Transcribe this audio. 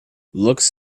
looks